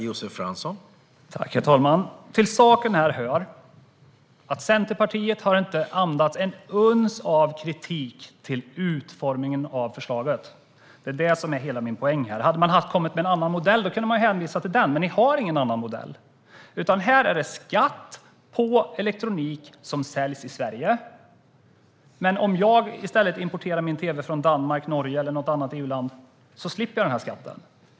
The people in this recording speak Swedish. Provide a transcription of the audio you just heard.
Herr talman! Till saken hör att Centerpartiet inte har andats ett uns av kritik mot utformningen av förslaget. Det är det som är hela min poäng. Om ni hade kommit med en annan modell hade ni kunnat hänvisa till den, men ni har ingen annan modell. Här är det skatt på elektronik som säljs i Sverige, men om man i stället importerar sin tv från Danmark eller något annat EU-land eller från Norge slipper man skatten.